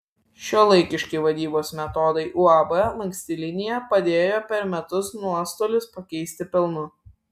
šiuolaikiški vadybos metodai uab lanksti linija padėjo per metus nuostolius pakeisti pelnu